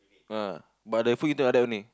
ah but the food intake lke that only